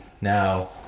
now